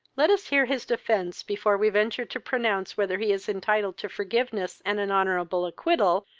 let us hear his defence before we venture to pronounce whether he is entitled to forgiveness and an honourable acquittal,